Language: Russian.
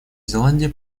зеландия